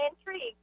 intrigued